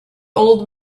old